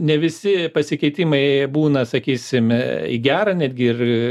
ne visi pasikeitimai būna sakysim į gera netgi ir